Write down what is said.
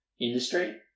industry